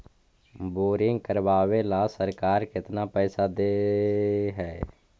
Boring करबाबे ल सरकार केतना पैसा दे है?